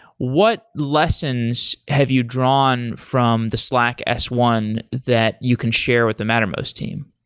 what lessons have you drawn from the slack s one that you can share with the mattermost team?